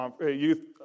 youth